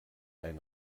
ein